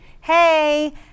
Hey